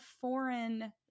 foreign